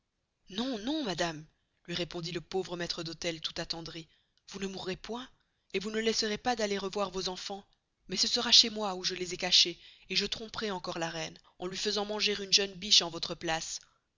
non non madame lui répondit le pauvre maistre d'hôtel tout attendri vous ne mourrez point et vous ne laisserez pas d'aller revoir vos chers enfans mais ce sera chez moy où je les ay cachez et je tromperay encore la reine en luy faisant manger une jeune biche en vostre place